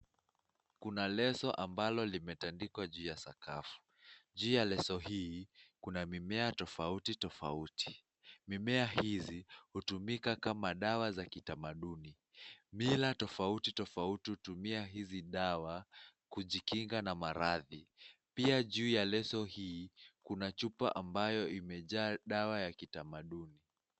Kuna leso ambalo limetandikwa juu ya sakafu, juu ya leso hii, kuna mimea tofauti tofauti. Mimea hizi hutumika kama dawa za kitamaduni, mila tofauti tofauti hutumia hizi dawa kujikinga na maradhi. Pia juu ya leso hii kuna chupa ambayo imejaa dawa ya kitamaduni.